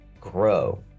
grow